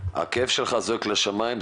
הכאב שלך זועק לשמיים,